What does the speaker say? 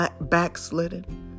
backslidden